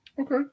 Okay